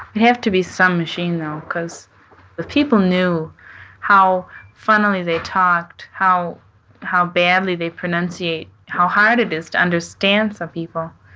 have to be some machine, though, because if people knew how funnily they talked, how how badly they pronunciate, how hard it is to understand some people,